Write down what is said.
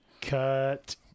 Cut